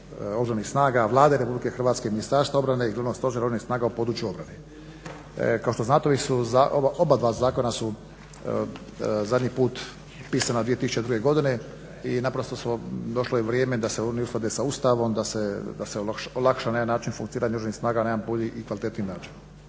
Oružanih snaga, Vlade Republike Hrvatske, Ministarstva obrane i Glavnog stožera Oružanih snaga u području obrane. Kao što znate, ova obadva zakona su zadnji put pisana 2002. i naprosto došlo je vrijeme da se oni usklade sa Ustavom, da se olakša na jedan način funkcioniranje Oružanih snaga na jedan bolji i kvalitetniji način.